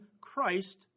Christ